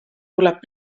tuleb